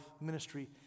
ministry